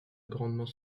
grandement